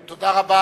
תודה.